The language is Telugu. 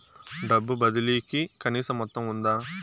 డబ్బు బదిలీ కి కనీస మొత్తం ఉందా?